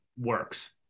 works